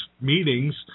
meetings